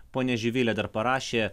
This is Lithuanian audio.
ponia živilė dar parašė